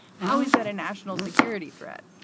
how is that a national security threat?